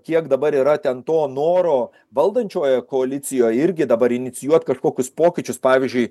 kiek dabar yra ten to noro valdančioje koalicijoj irgi dabar inicijuot kažkokius pokyčius pavyzdžiui